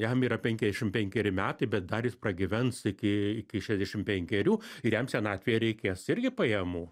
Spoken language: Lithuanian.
jam yra penkiašim penkeri metai bet dar jis pragyvens iki šešdešim penkerių ir jam senatvėje reikės irgi pajamų